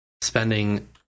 spending